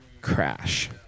crash